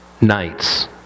nights